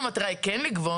אבל אם המטרה היא כן לגבות,